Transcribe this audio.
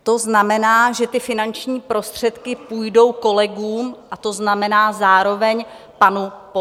To znamená, že ty finanční prostředky půjdou kolegům, a to znamená zároveň panu Polčákovi?